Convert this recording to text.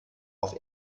auf